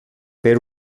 per